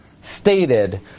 stated